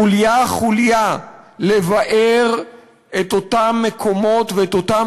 חוליה-חוליה לבער את אותם מקומות ואת אותן